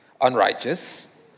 unrighteous